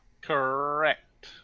Correct